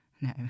No